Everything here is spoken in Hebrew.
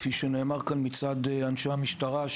כפי שנאמר כאן מצד אנשי המשטרה,